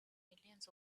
millions